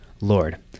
Lord